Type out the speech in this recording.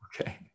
okay